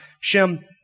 Shem